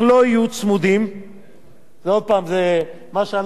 עוד הפעם, מה שאנחנו הבאנו זה תיקון קטן,